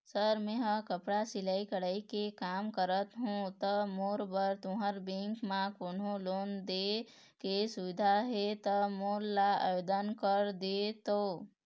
Sir मेहर कपड़ा सिलाई कटाई के कमा करत हों ता मोर बर तुंहर बैंक म कोन्हों लोन दे के सुविधा हे ता मोर ला आवेदन कर देतव?